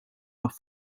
off